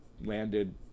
landed